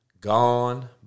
gone